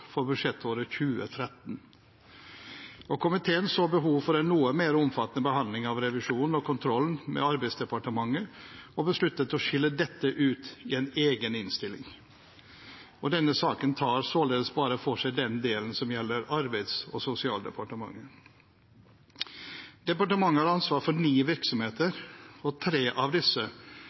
for budsjettåret 2013. Komiteen så behov for en noe mer omfattende behandling av revisjonen og kontrollen med Arbeidsdepartementet og besluttet å skille dette ut i en egen innstilling. Denne saken tar således bare for seg den delen som gjelder Arbeids- og sosialdepartementet. Departementet har ansvar for ni virksomheter, og tre av disse,